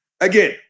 Again